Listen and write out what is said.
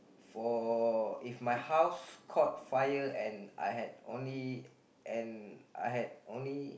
for if my house caught fire and I had only and I had only